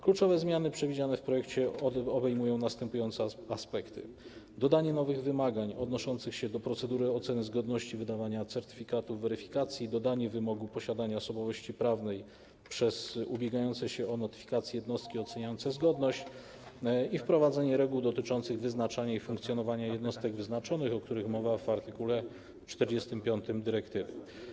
Kluczowe zmiany przewidziane w projekcie obejmują następujące aspekty: dodanie nowych wymagań odnoszących się do procedury oceny zgodności wydawania certyfikatów weryfikacji, dodanie wymogu posiadania osobowości prawnej przez ubiegające się o notyfikację jednostki oceniające zgodność i wprowadzenie reguł dotyczących wyznaczania i funkcjonowania jednostek wyznaczonych, o których mowa w art. 45 dyrektywy.